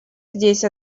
здесь